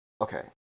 Okay